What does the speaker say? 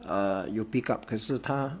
err 有 pick up 可是他